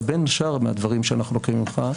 אבל בין שאר הדברים שאנחנו לוקחים ממך,